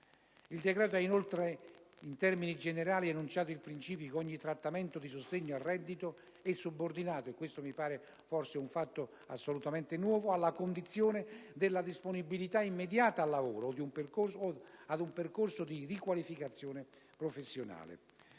Il decreto n. 185 ha inoltre enunciato in termini generali il principio che ogni trattamento di sostegno al reddito è subordinato - e questo mi sembra un fatto assolutamente nuovo - alla condizione della disponibilità immediata al lavoro o ad un percorso di riqualificazione professionale.